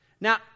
Now